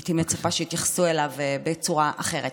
הייתי מצפה שיתייחסו אליו בצורה אחרת.